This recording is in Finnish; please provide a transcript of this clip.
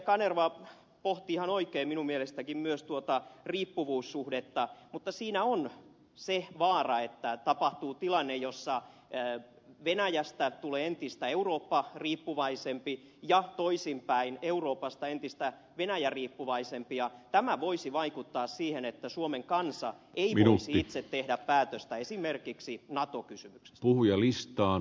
kanerva pohti ihan oikein myös minun mielestäni tuota riippuvuussuhdetta mutta siinä on se vaara että tapahtuu tilanne jossa venäjästä tulee entistä eurooppa riippuvaisempi ja toisinpäin euroopasta entistä venäjä riippuvaisempi ja tämä voisi vaikuttaa siihen että suomen kansa ei voisi itse tehdä päätöstä esimerkiksi nato kysymyksestä